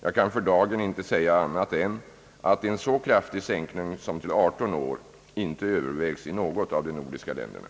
Jag kan för dagen inte säga annat än att en så kraftig sänkning som till 18 år inte övervägs i något av de nordiska länderna.